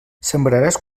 sembraràs